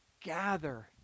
gather